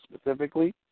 specifically